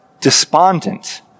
despondent